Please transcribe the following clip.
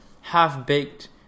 half-baked